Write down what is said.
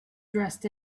dressed